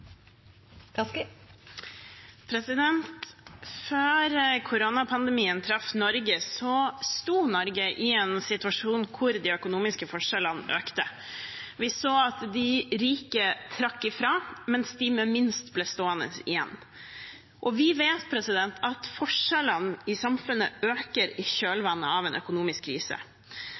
Før koronapandemien traff Norge, sto Norge i en situasjon hvor de økonomiske forskjellene økte. Vi så at de rike trakk ifra, mens de med minst ble stående igjen. Vi vet at forskjellene i samfunnet øker i kjølvannet av en økonomisk krise.